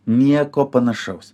nieko panašaus